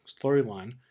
storyline